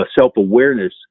self-awareness